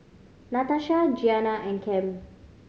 Natasha Gianni and Cam